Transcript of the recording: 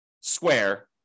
square